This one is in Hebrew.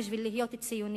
בשביל להיות ציונים.